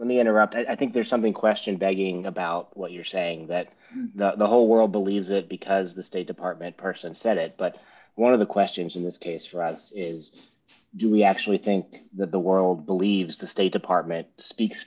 let me interrupt i think there's something question begging about what you're saying that the whole world believes it because the state department person said it but one of the questions in this case for us is do we actually think that the world believes the state department speaks